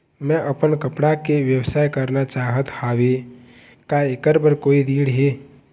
मैं अपन कपड़ा के व्यवसाय करना चाहत हावे का ऐकर बर कोई ऋण हे?